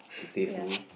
to save me